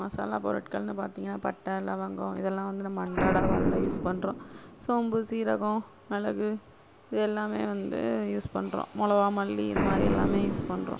மசாலா பொருட்கள்னு பார்த்தீங்கன்னா பட்டை லவங்கம் இதெல்லாம் வந்து நம்ம அன்றாட வாழ்வில் யூஸ் பண்றோம் சோம்பு சீரகம் மிளகு இது எல்லாமே வந்து யூஸ் பண்றோம் மொளகா மல்லி இதுமாதிரி எல்லாமே யூஸ் பண்றோம்